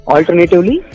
Alternatively